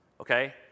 okay